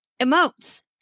emotes